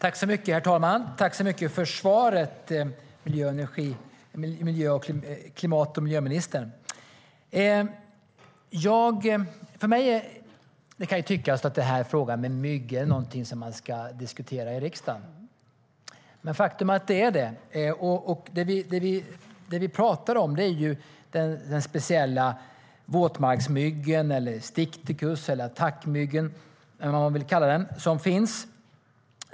Herr talman! Tack för svaret, klimat och miljöministern! Man kanske kan fråga sig om myggfrågan är någonting som man ska diskutera i riksdagen. Faktum är att det är det. Det vi pratar om är den speciella våtmarksmyggan, sticticus, attackmyggan eller vad man nu vill kalla den.